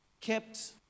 kept